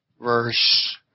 verse